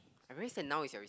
I very sad now is your recess